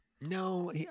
No